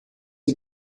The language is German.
die